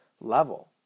level